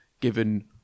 given